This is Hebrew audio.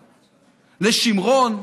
לשמרון,